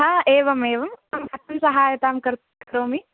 हा एवमेवम् अहं कथं सहायतां कर्तुं शक्नोमि